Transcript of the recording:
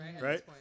Right